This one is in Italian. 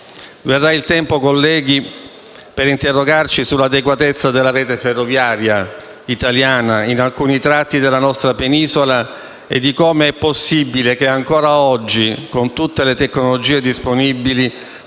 Verrà il tempo colleghi per interrogarci sull'adeguatezza della rete ferroviaria italiana in alcuni tratti della nostra penisola e di come è possibile che ancora oggi, con tutte le tecnologie disponibili,